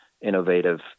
innovative